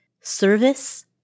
service